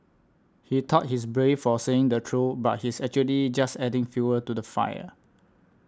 he thought he's brave for saying the truth but he's actually just adding fuel to the fire